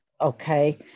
Okay